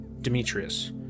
Demetrius